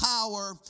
power